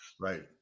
right